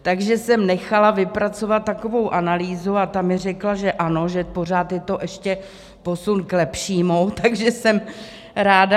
Takže jsem nechala vypracovat takovou analýzu a ta mi řekla, že ano, že pořád je to ještě posun k lepšímu, takže jsem ráda.